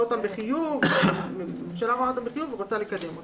רואה אותן בחיוב ורוצה לקדם אותן.